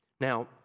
now